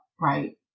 right